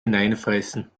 hineinfressen